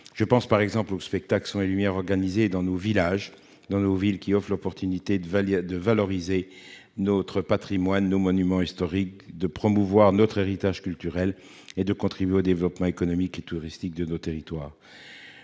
à l'esprit les spectacles son et lumière organisés dans nos villages et dans nos villes, qui sont l'occasion de valoriser notre patrimoine et nos monuments historiques, de promouvoir notre héritage culturel et de contribuer au développement économique et touristique de nos territoires.